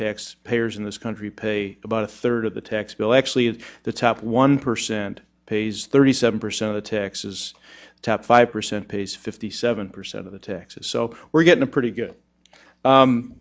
tax payers in this country pay about a third of the tax bill actually is the top one percent pays thirty seven percent of taxes top five percent pays fifty seven percent of the taxes so we're getting a pretty good